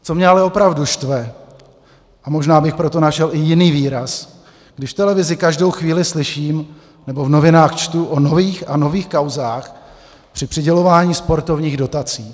Co mě ale opravdu štve, a možná bych pro to našel i jiný výraz, když v televizi každou chvíli slyším nebo v novinách čtu o nových a nových kauzách při přidělování sportovních dotací.